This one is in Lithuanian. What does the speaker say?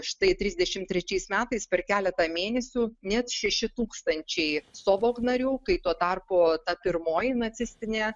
štai trisdešimt trečiais metais per keletą mėnesių net šeši tūkstančiai sovok narių kai tuo tarpu ta pirmoji nacistinė